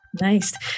nice